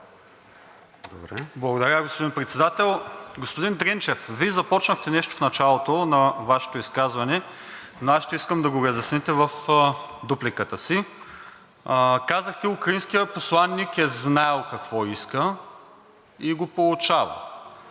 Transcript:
Благодаря, господин Председател. Господин Дренчев, Вие започнахте нещо в началото на Вашето изказване, но аз ще искам да го разясните в дупликата си. Казахте, че украинският посланик е знаел какво иска и го получава.